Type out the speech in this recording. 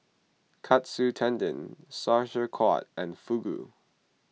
Katsu Tendon Sauerkraut and Fugu